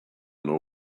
know